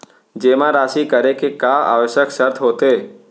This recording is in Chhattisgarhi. जेमा राशि करे के का आवश्यक शर्त होथे?